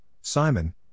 Simon